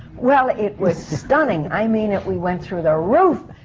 well, it was stunning. i mean it. we went through the roof.